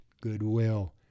goodwill